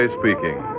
speaking